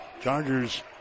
Chargers